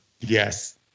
Yes